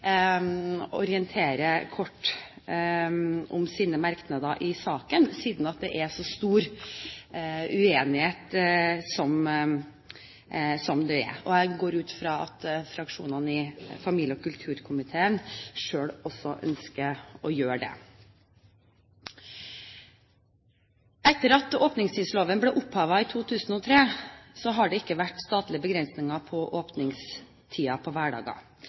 Jeg ønsker derfor at de enkelte partier orienterer kort om sine merknader i saken, siden det er så stor uenighet som det er. Jeg går ut fra at fraksjonene i familie- og kulturkomiteen selv også ønsker å gjøre det. Etter at åpningstidsloven ble opphevet i 2003, har det ikke vært statlige begrensninger på åpningstiden på hverdager.